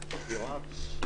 הישיבה ננעלה בשעה